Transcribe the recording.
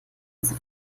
also